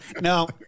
No